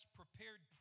prepared